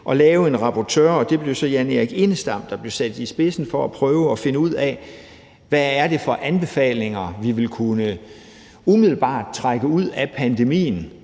og få en rapportør? Det blev så Jan-Erik Enestam, der blev sat i spidsen for at prøve at finde ud af, hvad det er for anbefalinger, vi umiddelbart vil kunne trække ud af pandemien,